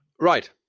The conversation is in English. right